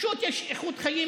שיעברו.